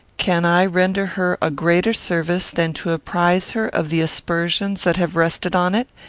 can i render her a greater service than to apprize her of the aspersions that have rested on it,